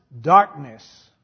darkness